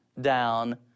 down